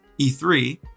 E3